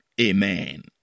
amen